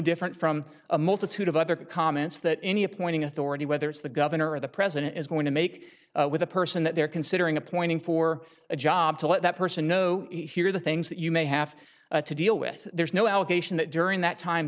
different from a multitude of other comments that any appointing authority whether it's the governor of the president is going to make with the person that they're considering appointing for a job to let that person know here the things that you may have to deal with there's no allegation that during that time